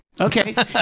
Okay